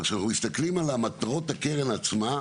אבל כשאנחנו מסתכלים על מטרות הקרן עצמה,